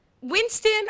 Winston